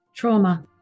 Trauma